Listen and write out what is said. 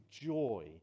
joy